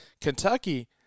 Kentucky